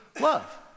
love